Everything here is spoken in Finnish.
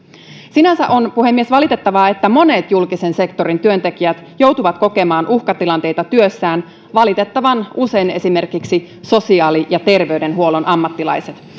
sinänsä on puhemies valitettavaa että monet julkisen sektorin työntekijät joutuvat kokemaan uhkatilanteita työssään valitettavan usein esimerkiksi sosiaali ja terveydenhuollon ammattilaiset